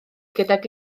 gydag